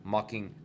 Mocking